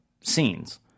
scenes